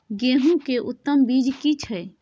गेहूं के उत्तम बीज की छै?